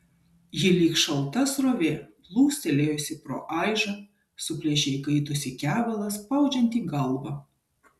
ji lyg šalta srovė plūstelėjusi pro aižą suplėšė įkaitusį kevalą spaudžiantį galvą